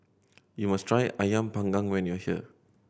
you must try Ayam Panggang when you are here